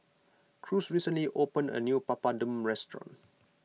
Cruz recently opened a new Papadum restaurant